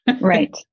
Right